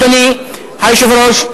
אדוני היושב-ראש,